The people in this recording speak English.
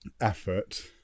effort